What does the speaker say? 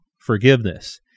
forgiveness